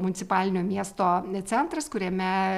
municipalinio miesto centras kuriame